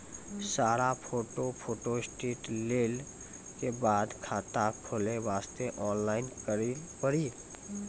सारा photo photostat लेल के बाद खाता खोले वास्ते ऑनलाइन करिल पड़ी?